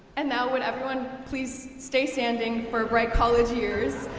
and now, would everyone please stay standing for bright college years.